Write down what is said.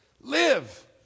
Live